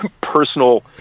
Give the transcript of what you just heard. personal